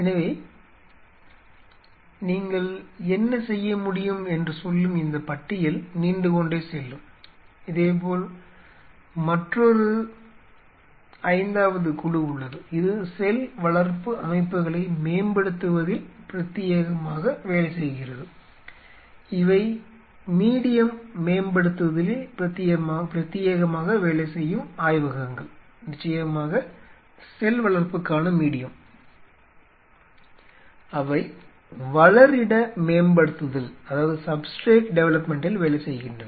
எனவே நீங்கள் என்ன செய்ய முடியும் என்று சொல்லும் இந்த பட்டியல் நீண்டுகொண்டே செல்லும் இதேபோல் மற்றொரு ஐந்தாவது குழு உள்ளது இது செல் வளர்ப்பு அமைப்புகளை மேம்படுத்துவதில் பிரத்தியேகமாக வேலை செய்கிறது இவை மீடியம் மேம்படுத்துதலில் பிரத்தியேகமாக வேலை செய்யும் ஆய்வகங்கள் நிச்சயமாக செல் வளர்ப்புக்கான மீடியம் அவை வளரிட மேம்படுத்துதலில் வேலை செய்கின்றன